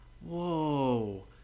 whoa